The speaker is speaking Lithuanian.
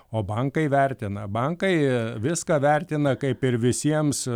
o bankai vertina bankai viską vertina kaip ir visiems